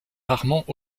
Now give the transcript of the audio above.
rarement